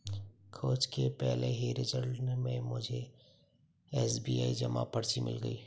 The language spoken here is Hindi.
खोज के पहले ही रिजल्ट में मुझे एस.बी.आई जमा पर्ची मिल गई